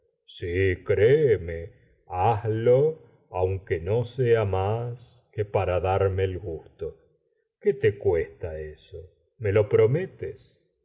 si créeme hazlo aunque no sea más que para darme gusto qué te cuesta eso me lo prometes